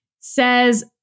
says